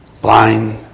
blind